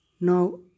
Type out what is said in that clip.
now